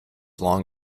long